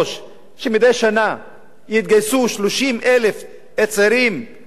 שמדי שנה יתגייסו 30,000 צעירים לצה"ל,